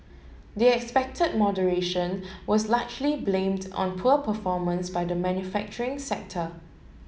the expected moderation was largely blamed on poor performance by the manufacturing sector